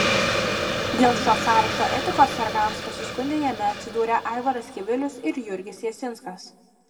dėl šio sąrašo etikos sargams pasiskundė jame atsidūrę aivaras kivilius ir jurgis jasinskas